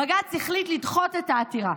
בג"ץ החליט לדחות את העתירה.